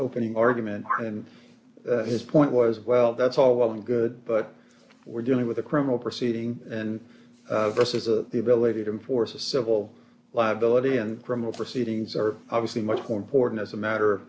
opening argument and his point was well that's all well and good but we're dealing with a criminal proceeding and this is a the ability to enforce a civil liability and criminal proceedings are obviously much more important as a matter of